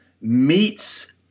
meets